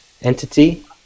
entity